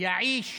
חי אדם